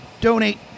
Donate